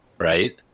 right